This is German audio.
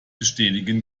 bestätigen